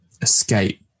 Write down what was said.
escape